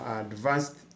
advanced